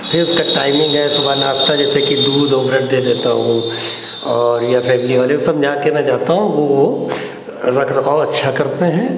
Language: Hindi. फिर उसकी टाइमिन्ग है सुबह नास्ता जैसे कि दूध और ब्रेड दे देता हूँ और या फ़ैमिली वाले को समझाकर मैं जाता हूँ वह रखरखाव अच्छा करते हैं